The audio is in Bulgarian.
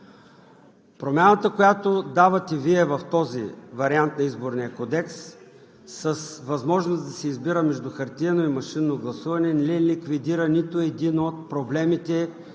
промяната, която давате Вие в този вариант на Изборния кодекс – с възможност да се избира между хартиено и машинно гласуване, не ликвидира нито един от проблемите,